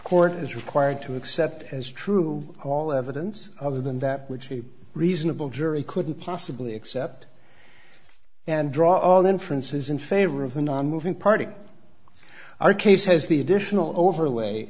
court is required to accept as true all evidence other than that which a reasonable jury couldn't possibly accept and draw all inferences in favor of the nonmoving party our case has the additional overlay